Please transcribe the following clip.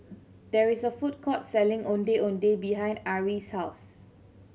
there is a food court selling Ondeh Ondeh behind Ari's house